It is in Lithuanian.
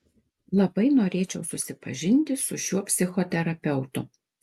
labai norėčiau susipažinti su šiuo psichoterapeutu